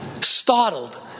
startled